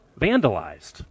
vandalized